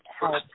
help